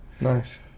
Nice